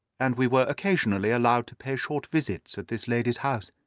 and we were occasionally allowed to pay short visits at this lady's house.